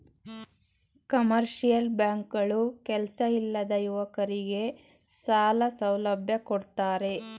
commercial bank ಗಳು ಕೆಲ್ಸ ಇಲ್ಲದ ಯುವಕರಗೆ ಸಾಲ ಸೌಲಭ್ಯ ಕೊಡ್ತಾರೆ